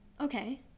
Okay